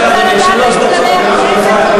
אני רוצה לדעת את כללי הכנסת,